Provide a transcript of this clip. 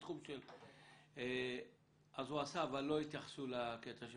אז הוא עשה אבל לא התייחסו לקטע של